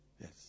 yes